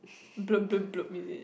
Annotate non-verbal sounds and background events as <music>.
<noise> is it